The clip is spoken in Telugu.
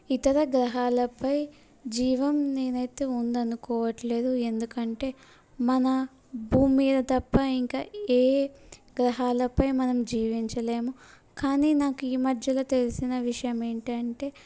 ఇతర గ్రహాలపై జీవం నేను అయితే ఉందనుకోవడం లేదు ఎందుకంటే మన భూమి మీద తప్ప ఇంకా ఏ గ్రహాలపై మనం జీవించలేము కానీ నాకు ఈ మధ్యలో తెలిసిన విషయం ఏంటంటే